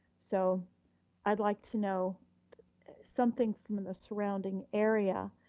so i'd like to know something from the surrounding area,